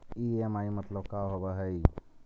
EMI मतलब का होब हइ?